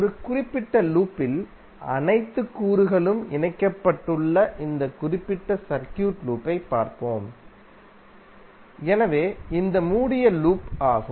ஒரு குறிப்பிட்ட லூப்பில் அனைத்து கூறுகளும் இணைக்கப்பட்டுள்ள இந்த குறிப்பிட்ட சர்க்யூட் லூப்பை பார்ப்போம் எனவே இந்த மூடிய லூப் ஆகும்